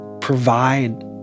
provide